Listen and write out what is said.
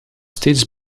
steeds